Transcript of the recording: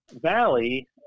Valley